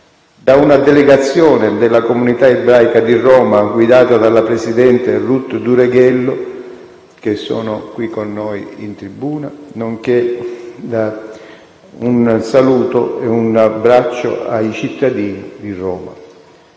da una delegazione della comunità ebraica di Roma guidata dalla presidente Ruth Dureghello, che sono qui con noi in tribuna, nonché un saluto e un abbraccio ai cittadini di Roma.